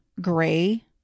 gray